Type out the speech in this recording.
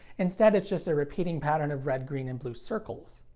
instead it's just a repeating pattern of red, green, and blue circles.